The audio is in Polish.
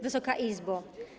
Wysoka Izbo!